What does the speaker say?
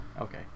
okay